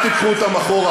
יש אכיפה שוויונית פה,